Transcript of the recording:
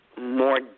more